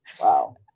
Wow